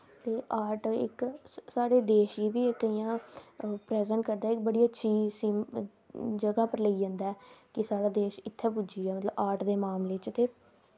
ते आर्ट इक साढ़े देश गी बी इक इयां प्रिज़ैंट करदा कि बड़ी इक अच्छी जगा पर लेई जंदा ऐ कि साढ़ा देश इत्थै पुज्जिया आर्ट दे मामले च